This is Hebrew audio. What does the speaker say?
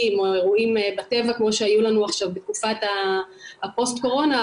או אירועים בטבע כמו שהיו לנו עכשיו בתקופת הפוסט קורונה,